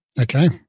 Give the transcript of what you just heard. Okay